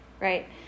right